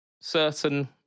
certain